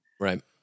Right